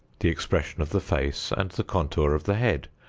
the expression of the face and the contour of the head,